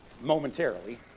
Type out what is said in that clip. momentarily